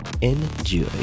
Enjoy